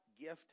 gift